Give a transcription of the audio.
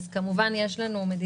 עם גידול באוכלוסייה של 2%,